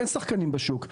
אין שחקנים בשוק.